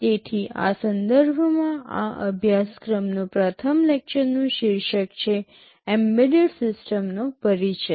તેથી આ સંદર્ભમાં આ અભ્યાસક્રમનો પ્રથમ લેક્ચરનું શીર્ષક છે એમ્બેડેડ સિસ્ટમનો પરિચય